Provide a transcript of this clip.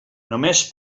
només